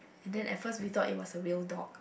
and then at first we thought it was a real dog